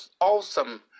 awesome